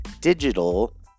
digital